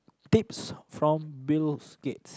tips from Bills-Gates